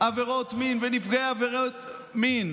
עבירות מין ונפגעי עבירות מין